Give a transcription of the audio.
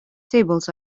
tables